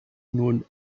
known